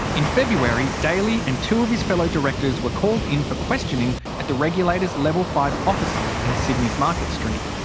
in february, daly and two of his fellow directors were called in for questioning at the regulator's level five offices in sydney's market street.